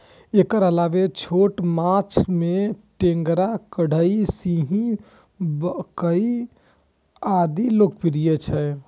एकर अलावे छोट माछ मे टेंगरा, गड़ई, सिंही, कबई आदि लोकप्रिय छै